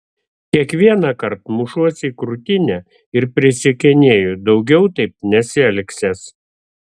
kiekvienąkart mušuos į krūtinę ir prisiekinėju daugiau taip nesielgsiąs